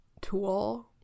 tool